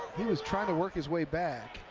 he was trying to work his way back.